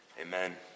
Amen